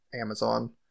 Amazon